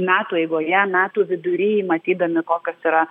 metų eigoje metų vidury matydami kokios yra